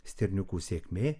stirniukų sėkmė